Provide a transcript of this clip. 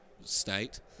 state